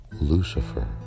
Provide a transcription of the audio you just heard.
Lucifer